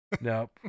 Nope